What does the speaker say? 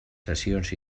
cessions